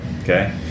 Okay